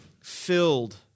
filled